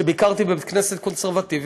על שביקרתי בבית-כנסת קונסרבטיבי,